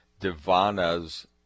Divana's